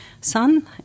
son